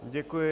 Děkuji.